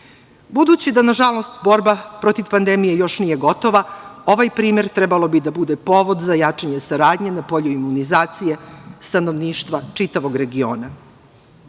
da, nažalost, borba protiv pandemije još nije gotova, ovaj primer trebalo bi da bude povod za jačanje saradnje na polju imunizacije stanovništva čitavog regiona. Mislim